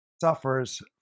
suffers